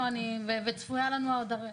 וצפוי לנו עוד.